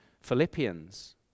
Philippians